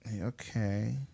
okay